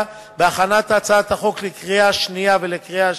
בהכנת הצעת החוק לקריאה השנייה ולקריאה השלישית.